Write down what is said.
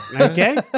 Okay